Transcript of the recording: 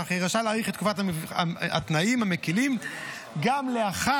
יהיה רשאי להאריך את תקופת התנאים המקילים גם לאחר